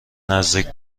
نزدیک